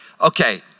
Okay